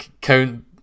count